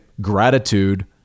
gratitude